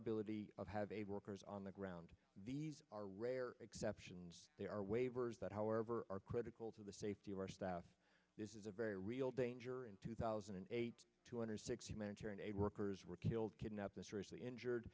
ability of have a workers on the ground these are rare exceptions there are waivers that however are critical to the safety of our staff this is a very real danger in two thousand and eight two hundred six humanitarian aid workers were killed kidnapped and seriously injured